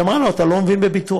והיא אמרה לו: אתה לא מבין בביטוח.